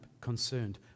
concerned